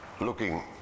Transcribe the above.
looking